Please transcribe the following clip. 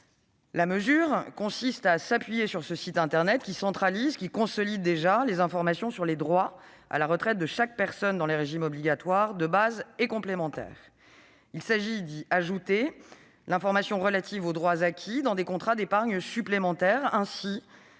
La mesure consiste à s'appuyer sur ce site, qui centralise et consolide déjà les informations sur les droits à la retraite de chaque personne pour les régimes obligatoires, de base et complémentaires. Il s'agit d'y ajouter l'information relative aux droits acquis aux termes de contrats d'épargne supplémentaire. Ainsi,